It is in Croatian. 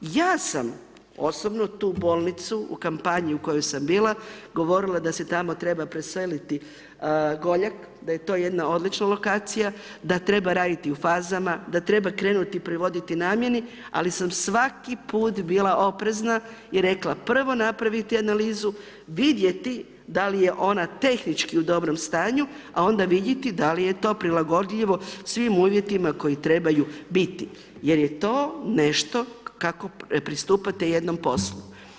Ja sam osobno tu bolnicu u kampanji u kojoj sam bila govorila da se tamo treba preseliti Goljak, da je to jedna odlična lokacija, da treba raditi u fazama, da treba krenuti privoditi namjeni, ali sam svaki put bila oprezna i rekla prvo napraviti analizu, vidjeti da li je ona tehnički u dobrom stanju, a onda vidjeti da li je to prilagodljivo svim uvjetima koji trebaju biti, jer je to nešto kako pristupate jednom poslu.